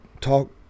talk